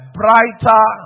brighter